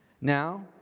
Now